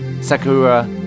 Sakura